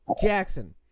Jackson